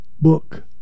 book